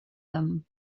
them